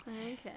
Okay